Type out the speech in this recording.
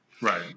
Right